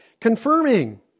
confirming